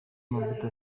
mavuta